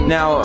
Now